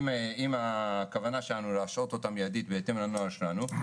אם הכוונה שלנו להשעות אותם מיידית בהתאם לנוהל שלנו,